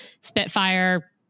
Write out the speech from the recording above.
spitfire